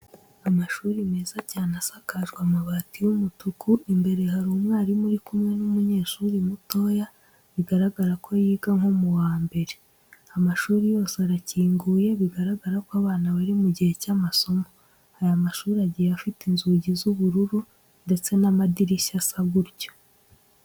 Amashuri meza cyane asakajwe amabati y'umutuku, imbere hari umwarimu uri kumwe n'umunyeshuri mutoya bigaragara ko yiga nko mu wa mbere. Amashuri yose arakinguye bigaragara ko abana bari mu gihe cy'amasomo. Aya mashuri agiye afite inzugi z'ubururu ndetse n'amadirishya asa gutyo.